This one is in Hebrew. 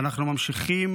ואנחנו ממשיכים